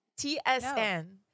TSN